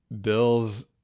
bills